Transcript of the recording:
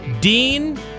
Dean